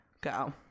go